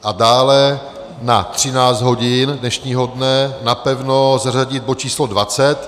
A dále na 13 hodin dnešního dne napevno zařadit bod č. 20.